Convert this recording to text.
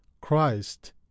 Christ